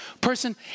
person